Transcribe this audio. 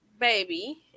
baby